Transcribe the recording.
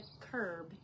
curb